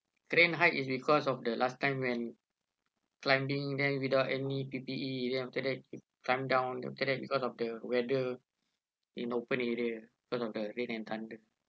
grand hike is because of the last time when climbing then without any P_P_E then after that come down after that because of the weather in open area because of the rain and thunder